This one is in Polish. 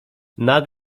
nad